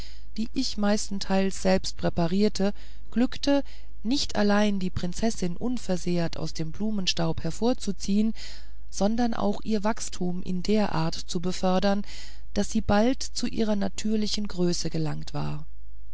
die ich meistenteils selbst präparierte glückte nicht allein die prinzessin unversehrt aus dem blumenstaub hervorzuziehen sondern auch ihr wachstum in der art zu befördern daß sie bald zu ihrer natürlichen größe gelangt war